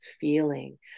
feeling